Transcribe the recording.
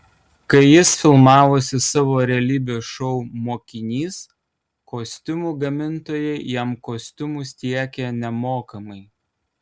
kai jis filmavosi savo realybės šou mokinys kostiumų gamintojai jam kostiumus tiekė nemokamai